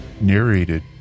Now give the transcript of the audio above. Narrated